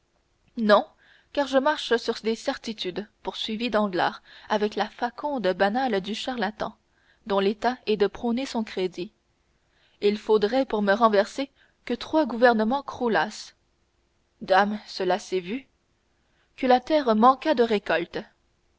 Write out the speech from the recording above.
non car je marche sur des certitudes poursuivit danglars avec la faconde banale du charlatan dont l'état est de prôner son crédit il faudrait pour me renverser que trois gouvernements croulassent dame cela s'est vu que la terre manquât de récoltes